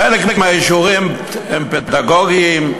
חלק מהאישורים הם פדגוגיים,